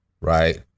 Right